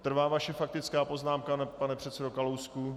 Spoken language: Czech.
Trvá vaše faktická poznámka, pane předsedo Kalousku?